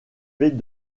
fait